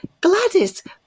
Gladys